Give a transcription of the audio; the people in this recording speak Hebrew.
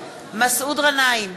מסעוד גנאים,